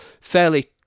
fairly